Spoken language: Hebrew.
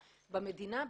במדינה,